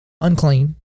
unclean